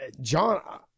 John